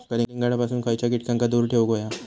कलिंगडापासून खयच्या कीटकांका दूर ठेवूक व्हया?